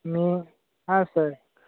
मी हा सर